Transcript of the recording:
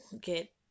get